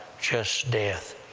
just death.